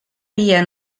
via